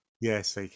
Yes